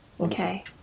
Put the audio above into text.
okay